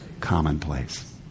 Commonplace